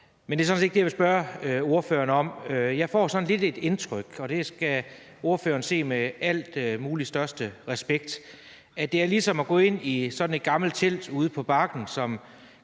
Men det er sådan set ikke det, jeg vil spørge ordføreren om. Jeg får sådan lidt et indtryk af – og det skal ordføreren se med al mulig og den største respekt – at det er ligesom at gå ind i sådan et gammelt telt ude på Bakken, som